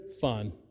fun